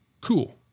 Cool